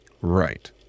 Right